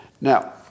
Now